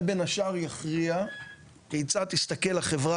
זה בין השאר יכריע כיצד תסתכל החברה